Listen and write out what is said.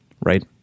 Right